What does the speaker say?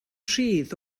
rhydd